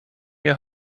nie